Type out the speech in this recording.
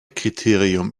kriterium